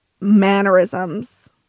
mannerisms